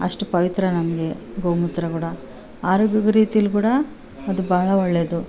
ಅಷ್ಟು ಪವಿತ್ರ ನಮಗೆ ಗೋ ಮೂತ್ರ ಕೂಡ ಆರೋಗ್ಯಕ್ಕೆ ರೀತಿಯಲ್ಲಿ ಕೂಡ ಅದು ಬಹಳ ಒಳ್ಳೆದು